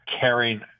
caring